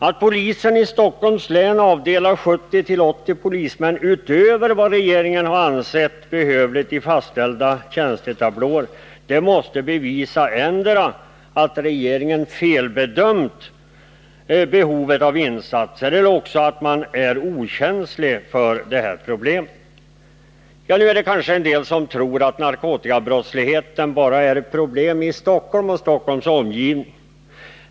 Att polisen i Stockholms län avdelar 70-80 polismän utöver det som regeringen ansett behövligt och som fastställts i tjänstetablåerna måste bevisa endera att regeringen felbedömt behovet av insatser eller också att man är okänslig för detta problem. Nu tror kanske en del att narkotikabrottsligheten är ett problem bara i Stockholm och dess omgivning.